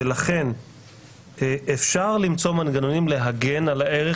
ולכן אפשר למצוא מנגנונים להגן על הערך